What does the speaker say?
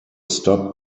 stop